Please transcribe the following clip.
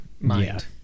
mind